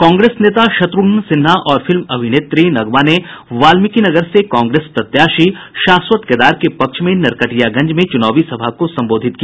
कांग्रेस नेता शत्रुघ्न सिन्हा और फिल्म अभिनेत्री नगमा ने वाल्मीकिनगर से कांग्रेस प्रत्याशी शाश्वत केदार के पक्ष में नरकटियागंज में चूनावी सभा को संबोधित किया